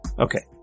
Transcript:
Okay